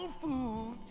food